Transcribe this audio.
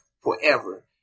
forever